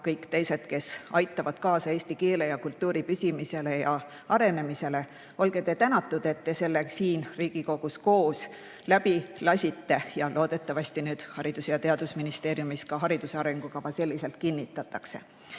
kõik teised, kes aitavad kaasa eesti keele ja kultuuri püsimisele ja arenemisele – olge te tänatud, et te selle siin Riigikogus koos läbi lasksite ja loodetavasti nüüd Haridus- ja Teadusministeeriumis ka hariduse arengukava selliselt kinnitatakse.